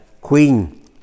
Queen